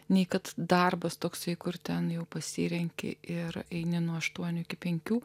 nei kad darbas toksai kur ten jau pasirenki ir eini nuo aštuonių iki penkių